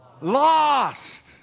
lost